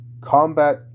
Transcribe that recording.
combat